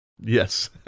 Yes